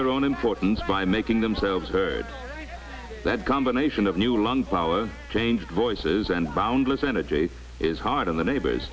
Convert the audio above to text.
their own importance by making themselves heard that combination of new lung power change voices and boundless energy is hard on the neighbors